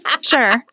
sure